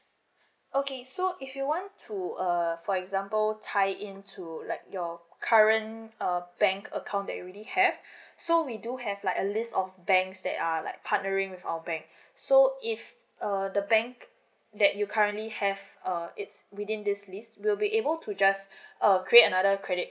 okay so if you want to uh for example tie in to like your current uh bank account that you already have so we do have like a list of banks that are like partnering with our bank so if uh the bank that you currently have uh it's within this list we'll be able to just uh create another credit